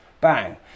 bang